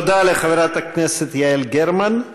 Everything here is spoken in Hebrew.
תודה לחברת הכנסת יעל גרמן.